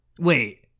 Wait